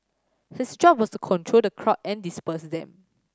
his job was to control the crowd and disperse them